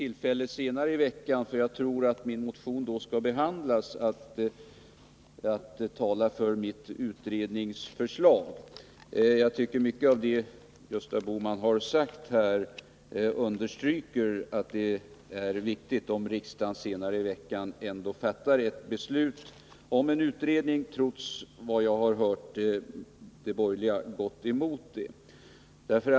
Herr talman! Jag får senare i veckan tillfälle att tala för mitt utredningsförslag. Jag tror att min motion då skall behandlas. Mycket av vad Gösta Bohman har sagt understryker att det är viktigt att riksdagen senare i veckan ändå fattar ett beslut om en utredning. Jag har Nr 48 dock hört att de borgerliga går emot detta förslag.